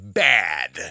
bad